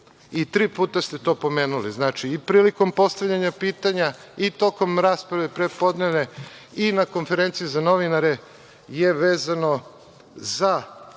i tri puta ste to pomenuli. Znači, i prilikom postavljanja pitanja i tokom rasprave prepodnevne i na konferenciji za novinare, vezano je